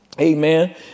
Amen